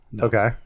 okay